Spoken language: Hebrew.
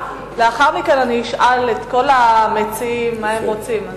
לאחר מכן אני אשאל את כל המציעים מה הם רוצים.